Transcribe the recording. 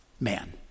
man